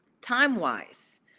time-wise